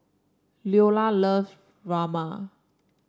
Leola love Rajma